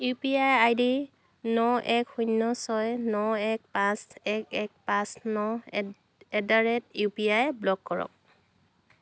U P I I D ন এক শূন্য ছয় ন এক পাঁচ এক পাঁচ ন at the rate U P I block কৰক